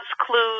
clues